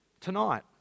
Tonight